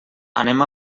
anem